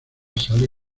sale